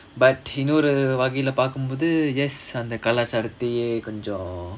but இன்னொரு வகையில பாக்கமோது:innoru vagaiyila paakkamothu yes அந்த கலாச்சாரத்தையே கொஞ்சம்:antha kalaachaarathaiyae konjam